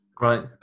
Right